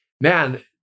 man